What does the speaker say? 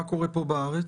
מה קורה פה בארץ?